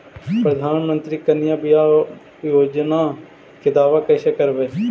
प्रधानमंत्री कन्या बिबाह योजना के दाबा कैसे करबै?